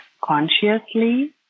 consciously